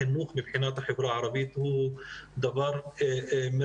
החינוך מבחינת החברה הערבית הוא דבר מרכזי,